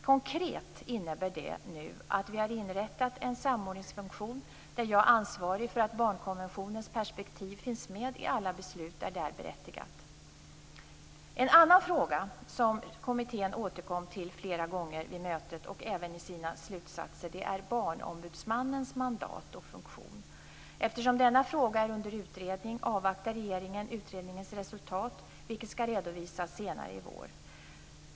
Konkret innebär det nu att vi har inrättat en samordningsfunktion, där jag är ansvarig för att barnkonventionens perspektiv finns med i alla beslut där det är berättigat. En annan fråga som kommittén återkom till flera gånger vid mötet, och även i sina slutsatser, är Barnombudsmannens mandat och funktion. Eftersom denna fråga är under utredning avvaktar regeringen utredningens resultat, vilket skall redovisas senare i vår.